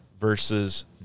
versus